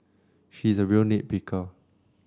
he is a real nit picker